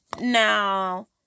Now